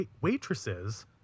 waitresses